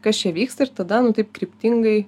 kas čia vyksta ir tada nu taip kryptingai